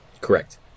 Correct